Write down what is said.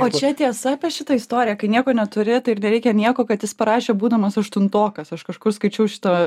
o čia tiesa apie šitą istoriją kai nieko neturi tai ir nereikia nieko kad jis parašė būdamas aštuntokas aš kažkur skaičiau šitą